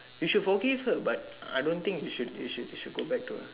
you should forgive her but I don't think you should you should go back to her